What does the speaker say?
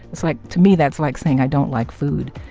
it's, like, to me that's like saying i don't like food.